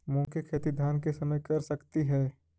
मुंग के खेती धान के समय कर सकती हे?